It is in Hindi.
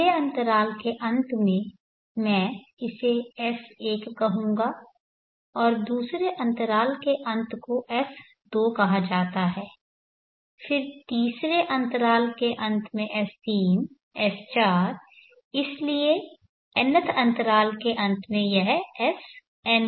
पहले अंतराल के अंत में मैं इसे S1 कहूंगा और दूसरे अंतराल के अंत को S2 कहा जाता है फिर तीसरे अंतराल के अंत में S3 S4 इसलिए nth अंतराल के अंत में यह Sn होगा